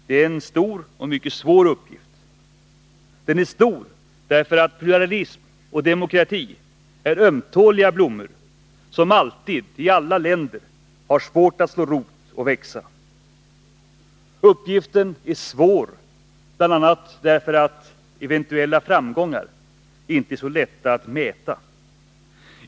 Det är en stor och mycket svår uppgift. Den är stor, därför att pluralism och demokrati är ömtåliga blommor som alltid i alla länder har svårt att slå rot och växa. Uppgiften är svår bl.a. därför att eventuella framgångar inte är så lätta att mäta.